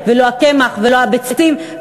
ולא הקמח ולא הביצים.